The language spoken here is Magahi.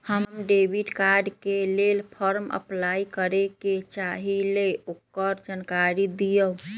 हम डेबिट कार्ड के लेल फॉर्म अपलाई करे के चाहीं ल ओकर जानकारी दीउ?